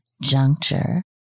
juncture